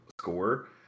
score